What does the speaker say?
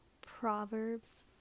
proverbs